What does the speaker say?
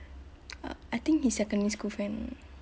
uh I think his secondary school friend